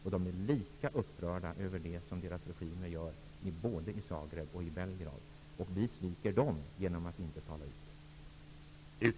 Dessa är lika upprörda i Zagreb som i Belgrad över det som deras regimer gör. Vi sviker dem genom att inte tala ut.